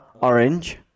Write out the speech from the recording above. orange